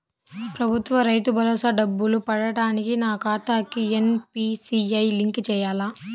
ప్రభుత్వ రైతు భరోసా డబ్బులు పడటానికి నా ఖాతాకి ఎన్.పీ.సి.ఐ లింక్ చేయాలా?